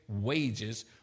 wages